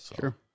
Sure